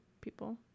people